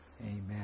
Amen